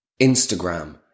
Instagram